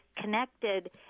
connected